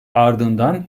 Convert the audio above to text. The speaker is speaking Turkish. ardından